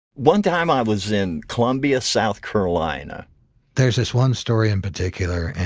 one time. i was in columbia, south carolina there's this one story in particular,